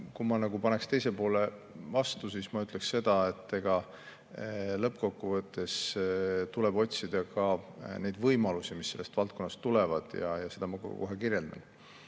Kui ma paneksin teise poole siia vastu, siis ma ütleksin, et lõppkokkuvõttes tuleb otsida ka neid võimalusi, mis selles valdkonnas tekivad. Neid ma kohe kirjeldan.